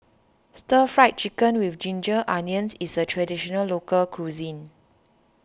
Stir Fry Chicken with Ginger Onions is a Traditional Local Cuisine